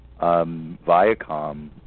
Viacom